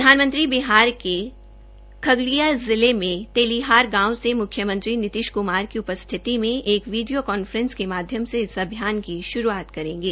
प्रधानमंत्री बिहार के खगडिया जिले में तेलिहार गांव से मुख्यमंत्री नितिश कुमार की उपस्थिति मे एक वीडियों कांफ्रेस के माध्यम से इस अभियान का श्रूआत करेंगे